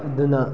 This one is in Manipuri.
ꯑꯗꯨꯅ